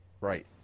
Right